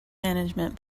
management